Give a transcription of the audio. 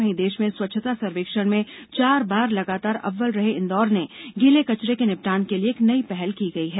वहीं देष में स्वच्छता सर्वेक्षण में चार बार लगातार अव्वल रहे इंदौर ने गीले कचरे के निपटान के लिए एक नई पहल की गई है